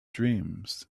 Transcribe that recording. dreams